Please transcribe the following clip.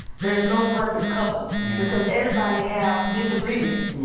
there is no perfect couple because everybody has disagreements.